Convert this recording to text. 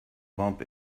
bump